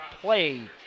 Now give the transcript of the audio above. play